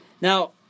Now